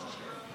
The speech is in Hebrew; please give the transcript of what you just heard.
אפשר שאלה.